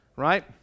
right